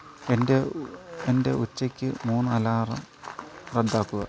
എന്റെ എന്റെ ഉച്ചയ്ക്ക് മൂന്ന് അലാറം റദ്ദാക്കുക